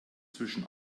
zwischen